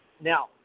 Now